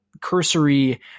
cursory